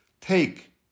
take